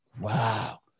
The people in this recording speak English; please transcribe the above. wow